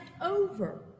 over